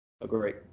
Agree